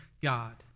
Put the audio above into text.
God